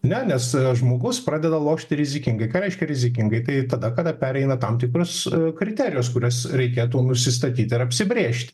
ne nes žmogus pradeda lošti rizikingai ką reiškia rizikingai tai tada kada pereina tam tikrus kriterijus kuriuos reikėtų nusistatyti ir apsibrėžt